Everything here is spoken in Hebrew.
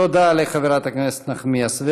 תודה לחברת הכנסת נחמיאס ורבין.